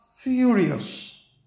furious